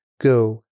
Go